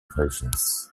patients